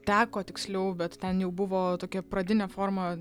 teko tiksliau bet ten jau buvo tokia pradinė forma